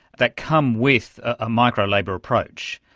that come with a micro-labour approach,